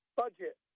budget